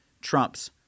trumps